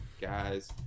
guys